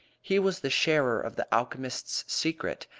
he was the sharer of the alchemist's secret,